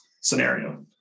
scenario